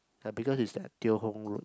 because it's at Teo-Hong road